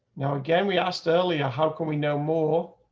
now, again, we asked earlier, how can we know more.